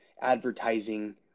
advertising